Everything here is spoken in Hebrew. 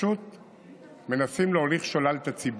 ופשוט מנסים להוליך שולל את הציבור.